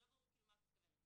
לא ברור למה את מתכוונת.